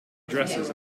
addresses